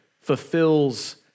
fulfills